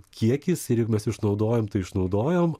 kiekis ir jeigu mes išnaudojom tai išnaudojom